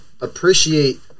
appreciate